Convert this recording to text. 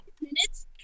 minutes